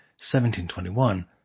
17.21